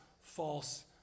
false